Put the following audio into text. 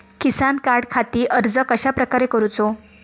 किसान कार्डखाती अर्ज कश्याप्रकारे करूचो?